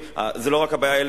ולא רק זאת הבעיה,